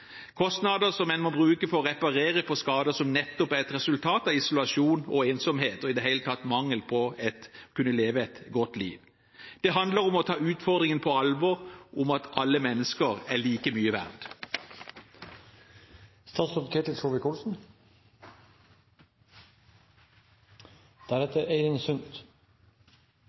kostnader som en må bruke for å reparere på skader som nettopp er et resultat av isolasjon og ensomhet, og i det hele tatt mangel på å kunne leve et godt liv. Det handler om å ta utfordringen om at alle mennesker er like mye